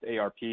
ARP